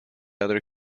other